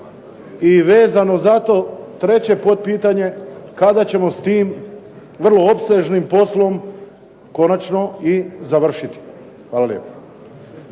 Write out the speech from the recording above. i vezano za to, treće potpitanje, kada ćemo s tim vrlo opsežnim poslom konačno i završiti? Hvala lijepa.